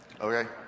Okay